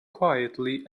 quietly